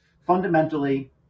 Fundamentally